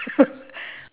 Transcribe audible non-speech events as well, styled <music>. <laughs>